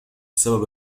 بسبب